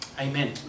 Amen